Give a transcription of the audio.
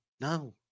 No